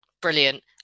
Brilliant